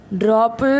drop